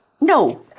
No